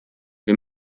wir